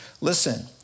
listen